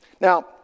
Now